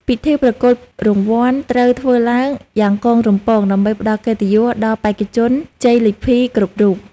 ពិធីប្រគល់រង្វាន់ត្រូវធ្វើឡើងយ៉ាងកងរំពងដើម្បីផ្ដល់កិត្តិយសដល់បេក្ខជនជ័យលាភីគ្រប់រូប។